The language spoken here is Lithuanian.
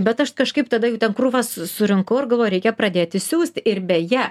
bet aš kažkaip tada jų ten krūvas surinkau ir galvoju reikia pradėti siųsti ir beje